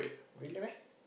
really meh